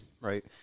Right